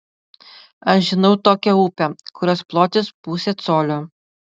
aš žinau tokią upę kurios plotis pusė colio